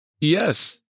Yes